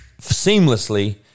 seamlessly